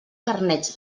carnets